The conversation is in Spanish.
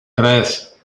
tres